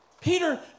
Peter